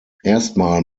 erstmal